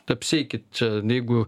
apsieikit čia jeigu